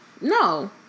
no